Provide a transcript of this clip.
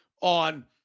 on